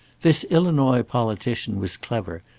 this illinois politician was clever,